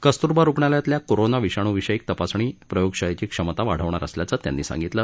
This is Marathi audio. कस्त्रबा रुग्णालयातल्या कोरोना विषाणूविषयक तपासणी प्रयोगशाळेची क्षमता वाढविणार असल्याचं त्यांनी सांगितलं